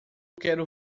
quero